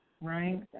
right